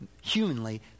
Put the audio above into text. humanly